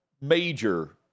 major